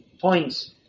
points